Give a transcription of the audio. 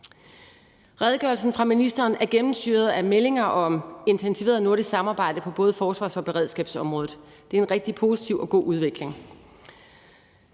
Redegørelsen fra ministeren er gennemsyret af meldinger om intensiveret nordisk samarbejde på både forsvars- og beredskabsområdet. Det er en rigtig positiv og god udvikling.